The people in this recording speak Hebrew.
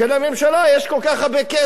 שלממשלה יש כל כך הרבה כסף,